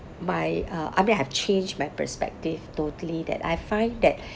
my uh I mean I have changed my perspective totally that I find that